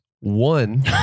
one